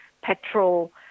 petrol